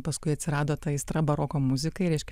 paskui atsirado ta aistra baroko muzikai reiškia